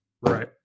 Right